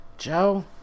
Joe